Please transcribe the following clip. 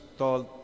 told